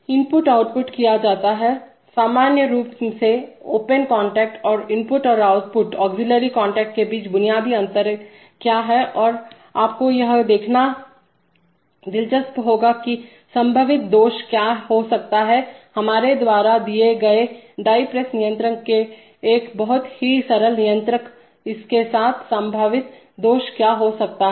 input output किया जाता है सामान्य रूप से ओपन कांटेक्ट और इनपुट और सहायकऑग्ज़ीलियरी कॉन्टैक्ट के बीच बुनियादी अंतर क्या है और आप को यह देखना दिलचस्प होगा कि संभावित दोष क्या हो सकते हैं हमारे द्वारा दिए गए डाई प्रेस नियंत्रक एक बहुत ही है सरल नियंत्रक इसके साथ संभावित दोष क्या हो सकते हैं